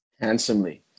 Handsomely